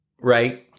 right